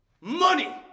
Money